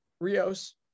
Rios